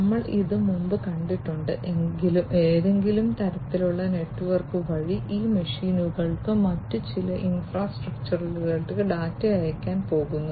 ഞങ്ങൾ ഇത് മുമ്പ് കണ്ടിട്ടുണ്ട് ഏതെങ്കിലും തരത്തിലുള്ള നെറ്റ്വർക്ക് വഴി ഈ മെഷീനുകൾ മറ്റ് ചില ഇൻഫ്രാസ്ട്രക്ചറുകളിലേക്ക് ഡാറ്റ അയയ്ക്കാൻ പോകുന്നു